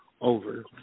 over